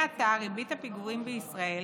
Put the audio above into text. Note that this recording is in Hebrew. מעתה ריבית הפיגורים בישראל